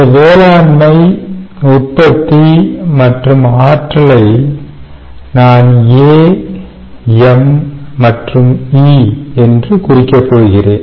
இந்த வேளாண்மை உற்பத்தி மற்றும் ஆற்றலை நான் A M மற்றும் E என்று குறிக்க போகிறேன்